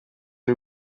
y’u